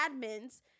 admins